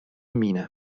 miene